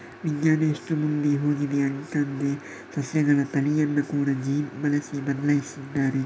ವಿಜ್ಞಾನ ಎಷ್ಟು ಮುಂದೆ ಹೋಗಿದೆ ಅಂತಂದ್ರೆ ಸಸ್ಯಗಳ ತಳಿಯನ್ನ ಕೂಡಾ ಜೀನ್ ಬಳಸಿ ಬದ್ಲಾಯಿಸಿದ್ದಾರೆ